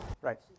Right